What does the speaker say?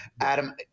Adam